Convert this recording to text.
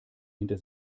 hinter